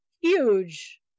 huge